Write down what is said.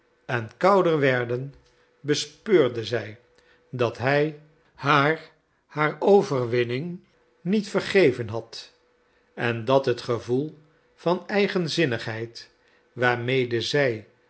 en kouder werden bespeurde zij dat hij haar haar overwinning niet vergeven had en dat het gevoel van eigenzinnigheid waarmede zij